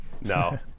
No